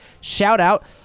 shout-out